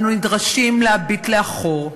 אנו נדרשים להביט לאחור,